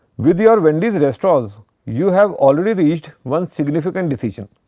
with your wendy's restaurant you have already reached one significant decision